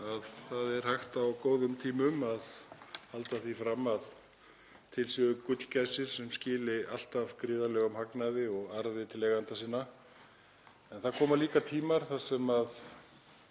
að það er hægt á góðum tímum að halda því fram að til séu gullgæsir sem skili alltaf gríðarlegum hagnaði og arði til eigenda sinna. En það koma líka tímar þar sem það